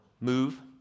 move